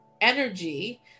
energy